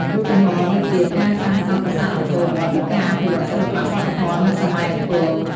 ឧទាហរណ៍ដូចជា ការសាងសង់ប្រាសាទអង្គរវត្ត ឬការអភិវឌ្ឍន៍សិល្បៈវប្បធម៌នៅសម័យអង្គរ។